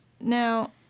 Now